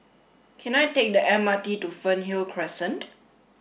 can I take the M R T to Fernhill Crescent